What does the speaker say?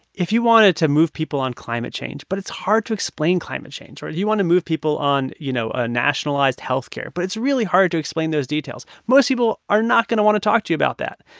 if you wanted to move people on climate change but it's hard to explain climate change or you want to move people on, you know, a nationalized health care but it's really hard to explain those details, most people are not going to want to talk to you about that.